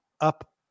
up